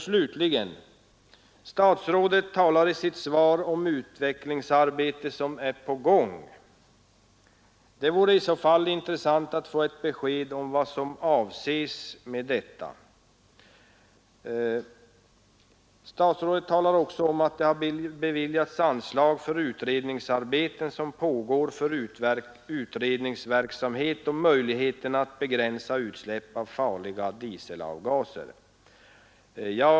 Slutligen talade statsrådet i sitt svar om det utvecklingsarbete som är på gång på detta område. Det vore intressant att få ett besked om vad som avses därmed. Likaså talade statsrådet om att det har beviljats anslag för bl.a. utredningsverksamhet om möjligheterna att begränsa utsläpp av farliga dieselgaser.